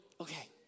okay